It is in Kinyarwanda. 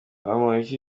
bamporiki